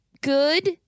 good